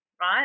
right